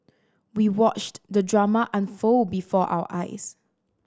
we watched the drama unfold before our eyes